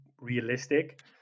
realistic